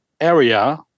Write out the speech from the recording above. area